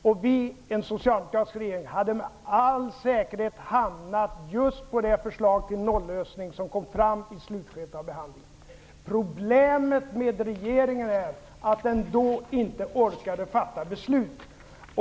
Vi, i en socialdemokratisk regering, hade med all säkerhet hamnat just på det förslag till nollösning som kom fram i slutskedet av behandlingen. Problemet med regeringen är att den då inte orkade fatta beslut.